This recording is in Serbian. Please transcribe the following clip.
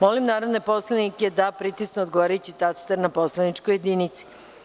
Molim narodne poslanike da pritisnu odgovarajući taster na poslaničkoj jedinici.